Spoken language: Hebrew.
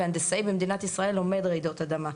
והנדסאי במדינת ישראל לומד רעידות אדמה.